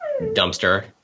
dumpster